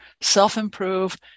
self-improve